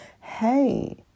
hey